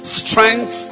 strength